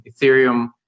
Ethereum